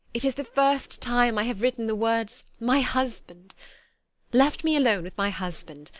it is the first time i have written the words my husband' left me alone with my husband,